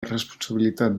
responsabilitat